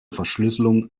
verschlüsselung